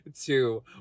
two